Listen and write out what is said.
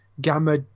Gamma